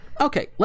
okay